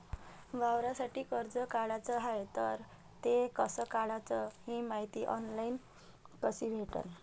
वावरासाठी कर्ज काढाचं हाय तर ते कस कराच ही मायती ऑनलाईन कसी भेटन?